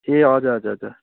ए हजुर हजुर हजुर